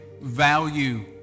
Value